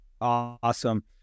Awesome